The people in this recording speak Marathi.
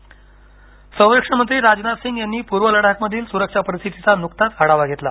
राजनाथ सिंह संरक्षणमंत्री राजनाथ सिंह यांनी पूर्व लडाखमधील सुरक्षा परिस्थितीचा नुकताच आढावा घेतला